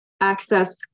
access